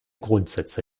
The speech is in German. grundsätze